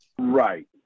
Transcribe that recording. Right